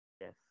yes